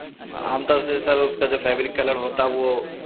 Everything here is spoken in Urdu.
عام طور سے سر اس کا جو فیبرک کلر ہوتا ہے وہ